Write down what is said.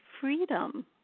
freedom